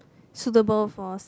suitable for s~